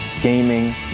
gaming